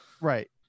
Right